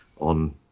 on